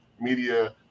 media